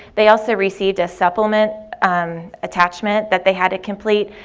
they also received a supplement attachment that they had to complete.